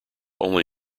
only